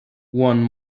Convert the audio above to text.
one